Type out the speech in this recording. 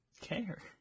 care